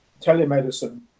telemedicine